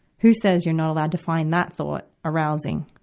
who says you're not allowed to find that thought arousing,